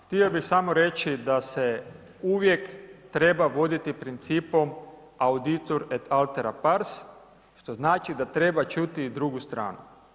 Htio bih samo reći da se uvijek treba voditi principom audiatur el atera pars, što znači da treba čuti i drugu stranu.